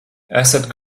esat